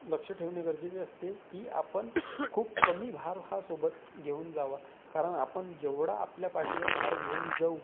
लक्ष ठेवणे गरजेचे असते की आपण खूप कमी भार हा सोबत घेऊन जावा कारण आपण जेवढा आपल्या पाठीवर भार घेऊन जाऊ